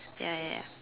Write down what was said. ya ya ya